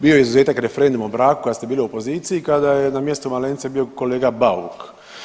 Bio je izuzetak referendum o braku kada ste bili u opoziciji, kada je na mjestu Malenice bio kolega Bauk.